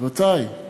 רבותי,